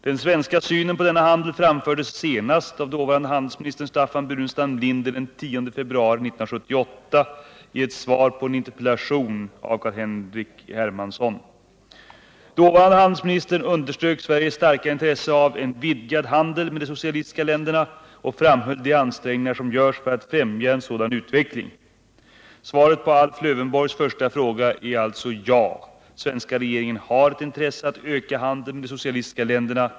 Den svenska synen på denna handel framfördes senast av dåvarande handelsministern Staffan Burenstam Linder den 10 februari 1978 i ett svar på en interpellation av Carl-Henrik Hermansson i vilket han underströk Sveriges starka intresse av en vidgad handel med de socialistiska länderna och framhöll de ansträngningar som görs för att främja en sådan utveckling. Svaret på Alf Lövenborgs första fråga är alltså ja: Svenska regeringen har ett intresse att öka handeln med de socialistiska länderna.